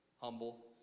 humble